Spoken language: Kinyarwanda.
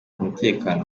umutekano